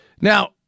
Now